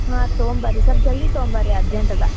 ಹಾಂ ಆತು ತಗೊಂಡು ಬರ್ರೀ ಸೋಲ್ಪ ಜಲ್ದಿ ತಗೊಂಡು ಬರ್ರಿ ಅರ್ಜೆಂಟ್ ಅದ